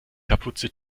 kapuze